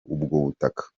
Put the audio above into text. butaka